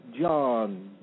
John